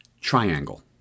triangle